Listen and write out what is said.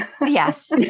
Yes